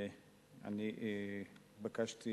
אני התבקשתי